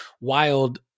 wild